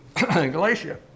Galatia